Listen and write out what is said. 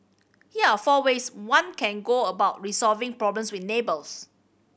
here are four ways one can go about resolving problems with neighbours